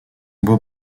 beau